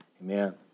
amen